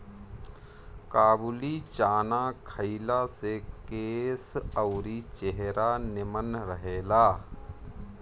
काबुली चाना खइला से केस अउरी चेहरा निमन रहेला